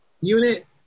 unit